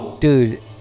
Dude